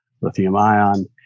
lithium-ion